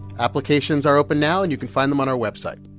applications are open now, and you can find them on our website.